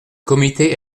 comité